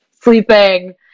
sleeping